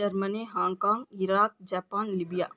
Germany Hong Kong Iraq Japan Libya